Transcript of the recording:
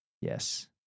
Yes